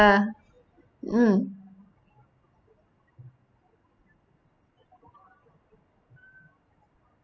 uh mm